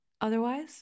Otherwise